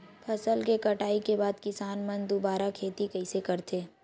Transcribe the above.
फसल के कटाई के बाद किसान मन दुबारा खेती कइसे करथे?